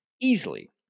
easily